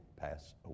pass